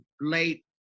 late